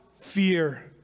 fear